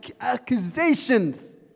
accusations